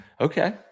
okay